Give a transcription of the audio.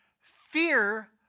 fear